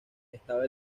estaba